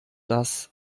das